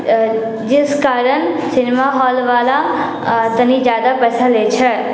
जिस कारण cinema hall वाला तनि जादा पैसा लैत छै